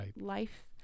life